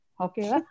Okay